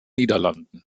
niederlanden